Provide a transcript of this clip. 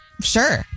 Sure